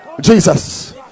jesus